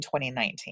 2019